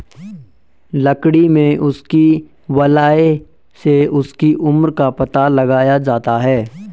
लकड़ी में उसकी वलय से उसकी उम्र का पता लगाया जाता है